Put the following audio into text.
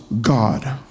God